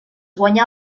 guanyà